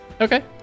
Okay